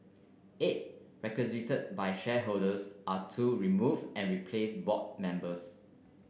eight by shareholders are to remove and replace board members